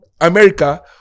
America